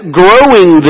growing